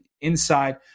inside